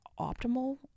optimal